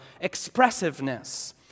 expressiveness